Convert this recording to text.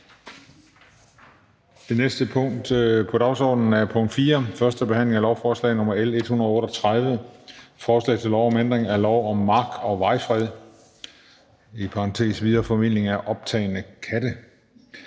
Det næste punkt på dagsordenen er: 4) 1. behandling af lovforslag nr. L 138: Forslag til lov om ændring af lov om mark- og vejfred. (Videreformidling af optagne katte).